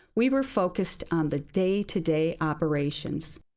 we were focused on the day-to-day operations.